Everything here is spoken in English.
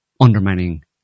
undermining